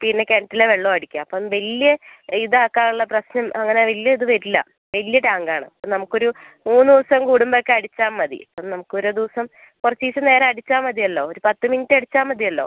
പിന്നെ കിണറ്റിലെ വെള്ളവും അടിക്കാം അപ്പം വലിയ ഇതാക്കാനുള്ള പ്രശ്നം അങ്ങനെ വലിയ ഇത് വരില്ല വലിയ ടാങ്ക് ആണ് നമുക്കൊരു മൂന്ന് ദിവസം കൂടുമ്പം ഒക്കെ അടിച്ചാൽ മതി അപ്പം നമുക്ക് ഒരു ദിവസം കുറച്ച് ദിവസം നേരം അടിച്ചാൽ മതിയല്ലോ ഒരു പത്ത് മിനിറ്റ് അടിച്ചാൽ മതിയല്ലോ